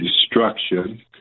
destruction